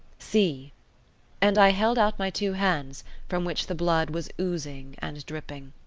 see and i held out my two hands from which the blood was oozing and dripping.